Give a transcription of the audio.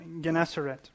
Gennesaret